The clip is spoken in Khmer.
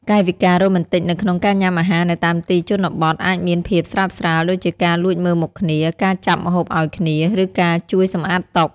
កាយវិការរ៉ូមែនទិកនៅក្នុងការញ៉ាំអាហារនៅតាមទីជនបទអាចមានភាពស្រើបស្រាល ដូចជាការលួចមើលមុខគ្នា ការចាប់ម្ហូបឲ្យគ្នា ឬការជួយសម្អាតតុ។